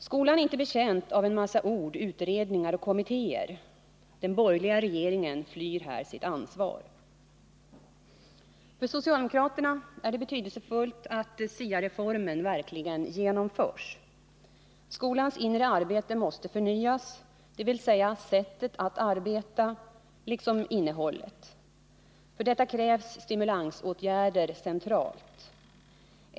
Skolan är inte betjänt av en massa ord, utredningar och kommittéer. Den borgerliga regeringen flyr sitt ansvar. För socialdemokraterna är det betydelsefullt att SIA-reformen verkligen genomförs. Skolans inre arbete måste förnyas, dvs. sättet att arbeta liksom innehållet. För detta krävs stimulansåtgärder centralt.